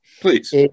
Please